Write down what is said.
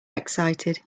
excited